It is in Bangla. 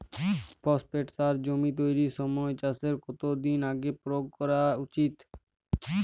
ফসফেট সার জমি তৈরির সময় চাষের কত দিন আগে প্রয়োগ করা উচিৎ?